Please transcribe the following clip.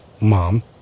mom